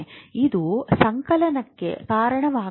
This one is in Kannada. ಇದು ಸಂಕಲನಕ್ಕೆ ಕಾರಣವಾಗುತ್ತದೆ